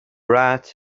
rat